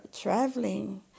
traveling